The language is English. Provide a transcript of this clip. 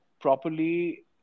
properly